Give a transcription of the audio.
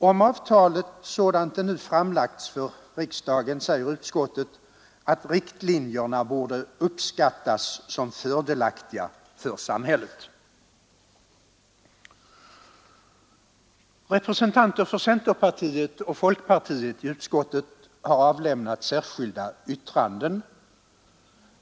Om avtalet sådant det nu framlagts för riksdagen säger utskottet att riktlinjerna borde uppskattas som fördelaktiga för samhället. Representanter för centerpartiet och folkpartiet i utskottet har avlämnat särskilda yttranden.